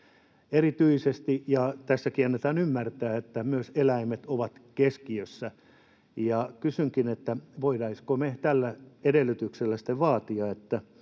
erityisesti, ja tässäkin annetaan ymmärtää, että myös eläimet ovat keskiössä. Kysynkin: voitaisiinko me tällä edellytyksellä sitten